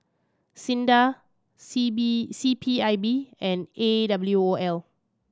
SINDA C B C P I B and A W O L